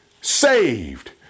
saved